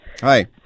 Hi